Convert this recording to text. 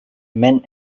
mint